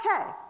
Okay